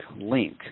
link